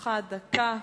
לרשותך דקה.